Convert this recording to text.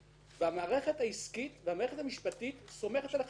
והמערכת העסקית והמערכת המשפטית סומכת על החטיבה.